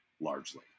largely